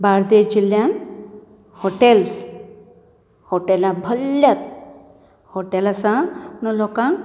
बार्देस जिल्ल्यांत हॉटेल्स हॉटेलां भरल्यांत हॉटेल आसा म्हण लोकांक